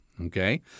Okay